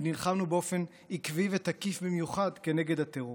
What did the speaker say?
ונלחמנו באופן עקבי ותקיף במיוחד כנגד הטרור.